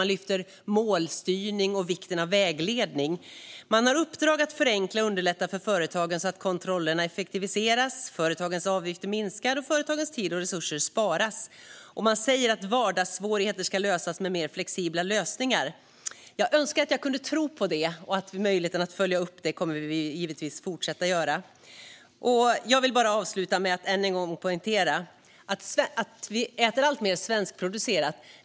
Man lyfter upp målstyrning och vikten av vägledning. Man har i uppdrag att förenkla och underlätta för företagen så att kontrollerna effektiviseras, företagens avgifter minskar och företagens tid och resurser sparas. Man säger att vardagssvårigheter ska lösas med mer flexibla lösningar. Jag önskar att jag kunde tro på det. Vi kommer givetvis att fortsätta att följa upp detta. Jag vill avsluta med att än en gång poängtera att vi äter alltmer svenskproducerat.